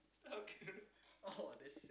okay